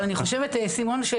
אבל אני חושבת סימון,